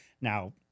now